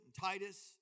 Titus